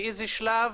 באיזה שלב.